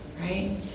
right